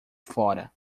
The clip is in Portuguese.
fora